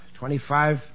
Twenty-five